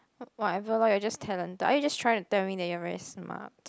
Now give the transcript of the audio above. whatever lor you're just talented are you trying to tell me you're very smart